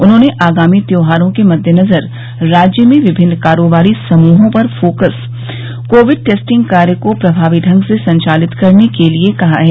उन्होंने आगामी त्यौहारों के मददेनजर राज्य में विभिन्न कारोबारी समूहों पर फोकस कोविड टेस्टिंग कार्य को प्रभावी ढंग से संचालित करने के लिए कहा है